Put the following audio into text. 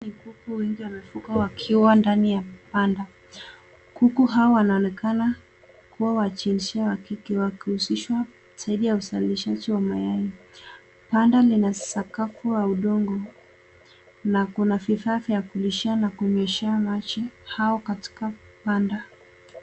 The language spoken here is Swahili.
Kukua wengi wanavuka wakiwa ndani ya banda. Kuku hawa wanaonekana kuwa wa jinsia ya kike wakihusishwa zaidi uzalishaji wa mayai. Banda lina sakafu la udongo na kuna vifaa vya kulishia na kunyweshea maji hao katika banda.